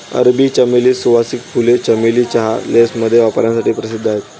अरबी चमेली, सुवासिक फुले, चमेली चहा, लेसमध्ये वापरण्यासाठी प्रसिद्ध आहेत